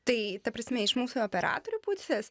tai ta prasme iš mūsų operatorių pusės